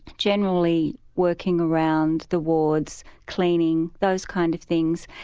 generally working around the wards, cleaning, those kind of things,